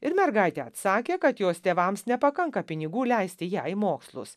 ir mergaitė atsakė kad jos tėvams nepakanka pinigų leisti ją į mokslus